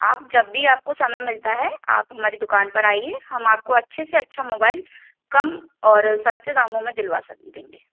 आप जब भी आपको समय मिलता है आप हमारे दुकान पर आइए हम आपको अच्छे से अच्छा मुबाइल कम और सस्ते दामों में दिलवा सक देंगे